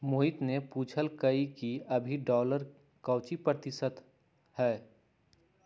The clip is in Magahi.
मोहित ने पूछल कई कि अभी डॉलर के काउची प्रतिशत है?